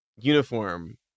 uniform